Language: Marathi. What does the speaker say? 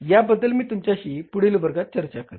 या बद्दल मी तुमच्याशी पुढील वर्गात चर्चा करेन